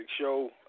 show